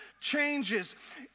changes